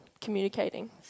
communicating